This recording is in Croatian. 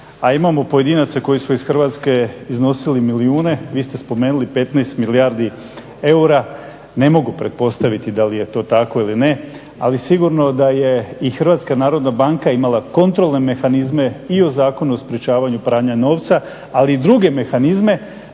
a imamo pojedinaca koji su iz Hrvatske iznosili milijune, vi ste spomenuli 15 milijardi eura, ne mogu pretpostaviti da li je to tako ili ne, ali sigurno da je i HNB imala kontrolne mehanizme i o Zakonu o sprječavanju pranja novca, ali i druge mehanizme.